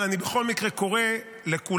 אבל אני בכל מקרה קורא לכולם,